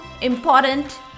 important